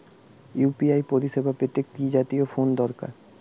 UPI পরিসেবা পেতে কি জাতীয় ফোন দরকার?